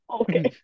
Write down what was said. okay